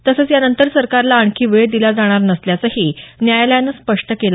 तसंच यानंतर सरकारला आणखी वेळ दिला जाणार नसल्याचंही न्यायालयानं स्पष्ट केलं